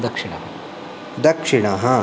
दक्षिणः दक्षिणः